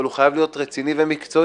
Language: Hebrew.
אבל הוא חייב להיות רציני ומקצועי.